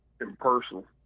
impersonal